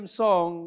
song